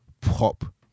pop